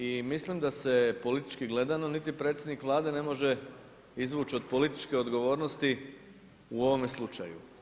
I mislim da se politički gledano niti predsjednik Vlade ne može izvući od političke odgovornosti u ovome slučaju.